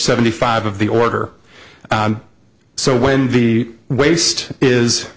seventy five of the order so when the waste is